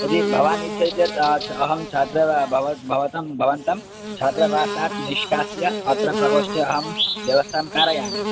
यदि भवान् इच्छति चेत् अहं छात्रः भवतां भवतां भवन्तं छात्रावासात् निष्कास्य अत्र प्रकोष्ठे अहं व्यवस्थां कारयामि